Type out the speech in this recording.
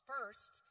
First